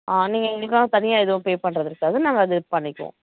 ஆ நீங்கள் எங்களுக்காக தனியாக எதுவும் பே பண்ணுறது இருக்காது நாங்கள் அது பண்ணிக்கிவோம்